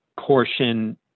portion